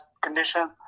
condition